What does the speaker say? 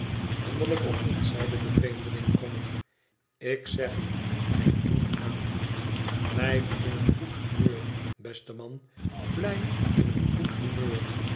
wonderlijk of niet zeide de vreemdeling brommig ik zeg u geen doen aan blijf in een goed humeur beste man blijf in een goed humeur